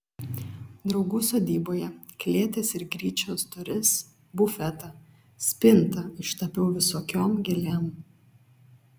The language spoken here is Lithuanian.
draugų sodyboje klėties ir gryčios duris bufetą spintą ištapiau visokiom gėlėm